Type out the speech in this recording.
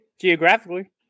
geographically